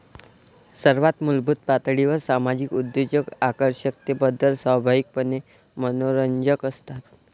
सर्वात मूलभूत पातळीवर सामाजिक उद्योजक आकर्षकतेबद्दल स्वाभाविकपणे मनोरंजक असतात